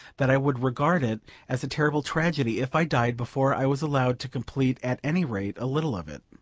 that i would regard it as a terrible tragedy if i died before i was allowed to complete at any rate a little of it.